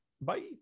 Bye